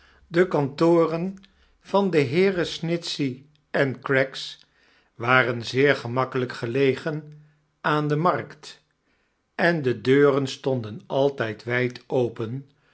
de kantoren van de heeren snitchey en craggs waren zeer gemakkelijk gelegen aan de maxkt en de deuren stonden altijd wijd open